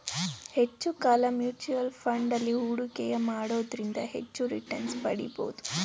ಹೆಚ್ಚು ಕಾಲ mutual fund ಅಲ್ಲಿ ಹೂಡಿಕೆಯ ಮಾಡೋದ್ರಿಂದ ಹೆಚ್ಚು ರಿಟನ್ಸ್ ಪಡಿಬೋದು